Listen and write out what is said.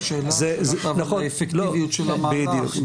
השאלה היא על אפקטיביות של המהלך.